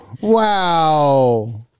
Wow